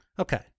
Okay